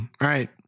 right